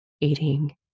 eating